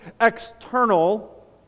external